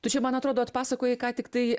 tu čia man atrodo atpasakoji ką tiktai